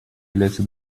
является